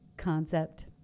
Concept